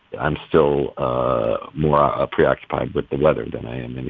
i'm still ah more ah ah preoccupied with the weather than i am